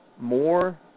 more